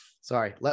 sorry